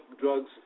drugs